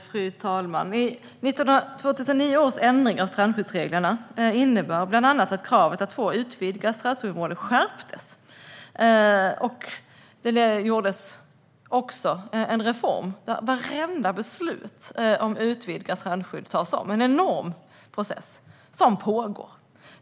Fru talman! Ändringen av strandskyddsreglerna 2009 innebar bland annat att kravet att få utvidga strandskyddsområden skärptes. Det gjordes också en reform där vartenda beslut om utvidgat strandskydd tas om, en enorm process som pågår.